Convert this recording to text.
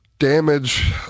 Damage